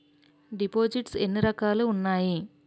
దిపోసిస్ట్స్ ఎన్ని రకాలుగా ఉన్నాయి?